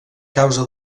causa